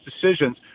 decisions